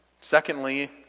Secondly